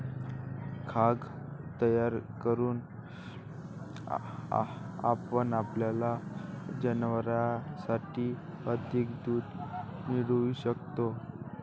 खाद्य तयार करून आपण आपल्या जनावरांसाठी अधिक दूध मिळवू शकतो